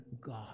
God